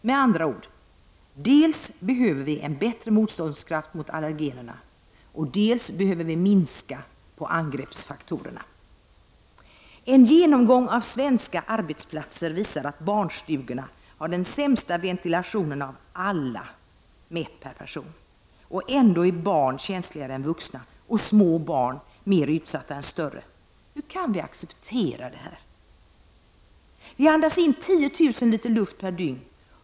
Med andra ord: dels behöver vi en bättre motståndskraft mot allergenerna, dels behöver vi minska angreppsfaktorerna. En genomgång av svenska arbetsplatser visar att barnstugorna har den sämsta ventilationen av alla, mätt per person. Och ändå är barn känsligare än vuxna och små barn mer utsatta än större. Hur kan vi acceptera detta? Vi andas in 10 000 liter luft per dygn.